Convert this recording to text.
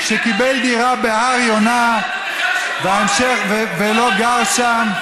שקיבל דירה בהר יונה ולא גר שם,